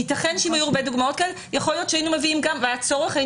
ייתכן שאם היו הרבה דוגמאות כאלה והיה צורך יכול